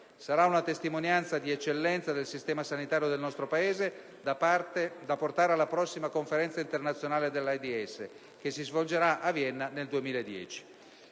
sarà una testimonianza di eccellenza del sistema sanitario del nostro Paese da portare alla prossima Conferenza internazionale sull'AIDS, che si svolgerà a Vienna nel 2010.